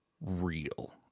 real